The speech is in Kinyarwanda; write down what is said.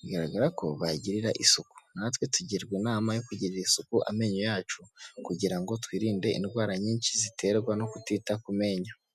bigaragara ko bayagirira isuku natwe tugirwa inama yo kugirira isuku amenyo yacu kugira ngo twirinde indwara nyinshi ziterwa no kutita ku menyo.